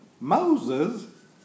Moses